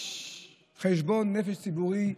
חשבון נפש ציבורי,